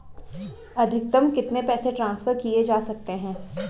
अधिकतम कितने पैसे ट्रांसफर किये जा सकते हैं?